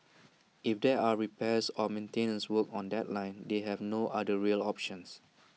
if there are repairs or maintenance work on that line they have no other rail options